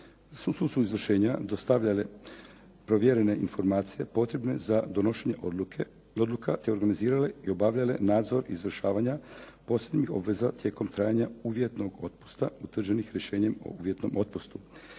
sucu izvršenja dostavljale provjerene informacije potrebne za donošenje odluka, te organizirale i obavljale nadzor izvršavanja posljednjih obveza tijekom trajanja uvjetnog otpusta utvrđenih rješenjem o uvjetnom otpustu.